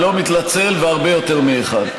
הוא לא מתנצל, והרבה יותר מאחד.